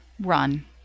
run